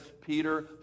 Peter